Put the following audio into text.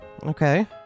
Okay